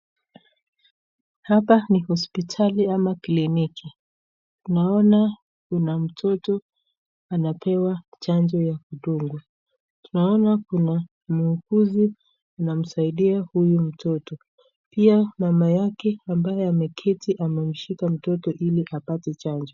Hapa ni hospitali ama kliniki. Tunaona kuna mtoto anapewa chanjo ya kudungwa. Tunaona kuna muuguzi anamsaidia huyu mtoto, pia mama yake ambaye ameketi anamshika mtoto ili apate chanjo.